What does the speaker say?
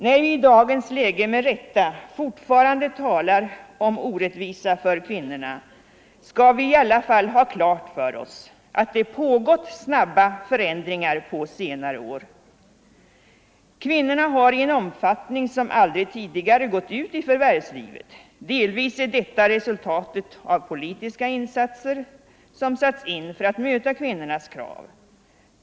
När vi i dagens läge med rätta fortfarande talar om orättvisa för kvinnorna skall vi i alla fall ha klart för oss att det skett snabba förändringar på senare år. Kvinnorna har i en omfattning som aldrig tidigare gått ut i arbetslivet. Delvis är detta resultatet av politiska insatser som gjorts för att möta kvinnornas krav.